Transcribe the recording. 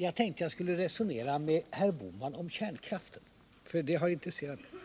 Jag tänkte jag skulle resonera med herr Bohman om kärnkraften, för det har intresserat mig.